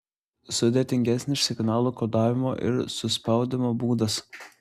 sudėtingesnis signalų kodavimo ir suspaudimo būdas